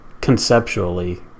conceptually